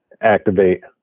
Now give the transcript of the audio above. activate